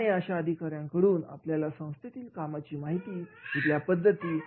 आणि अशा अधिकार् यांकडून आपणसंस्थेतील कामाची पद्धती जाणून घेऊ शकतो